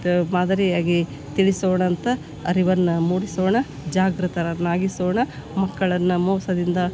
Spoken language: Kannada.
ಮಾದರಿಯಾಗಿ ತಿಳಿಸೋಣಂತೆ ಅರಿವನ್ನು ಮೂಡಿಸೋಣ ಜಾಗೃತರನ್ನಾಗಿಸೋಣ ಮಕ್ಕಳನ್ನು ಮೋಸದಿಂದ